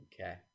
Okay